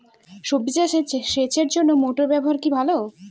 সবজি চাষে সেচের জন্য মোটর ব্যবহার কি ভালো?